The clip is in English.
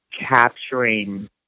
capturing